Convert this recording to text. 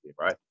right